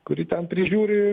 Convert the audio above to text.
kuri ten prižiūri